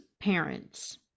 parents